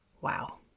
Wow